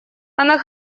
она